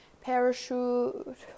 parachute